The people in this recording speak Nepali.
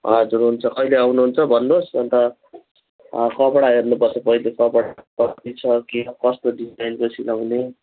हजुर हुन्छ कहिले आउनु हुन्छ भन्नुहोस् अन्त कपडा हेर्नुपर्छ पहिला कपडा कति छ के कस्तो डिजाइनको सिलाउने